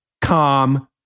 calm